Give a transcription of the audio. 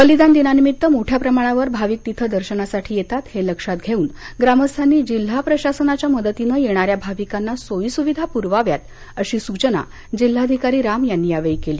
बलिदान दिनानिमित्त मोठया प्रमाणावर भाविक तिथं दर्शनासाठी येतात हे लक्षात घेवून ग्रामस्थांनी जिल्हा प्रशासनाच्या मदतीनं येणाऱ्या भाविकांना सोई सुविधा पुरवाव्यात अशी सूचना जिल्हाधिकारी राम यांनी यावेळी केली